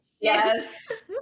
yes